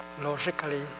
Logically